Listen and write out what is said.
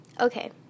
Okay